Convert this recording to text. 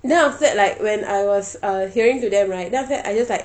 then after that like when I was uh hearing to them right then after that I just like